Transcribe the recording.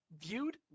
viewed